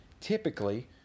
typically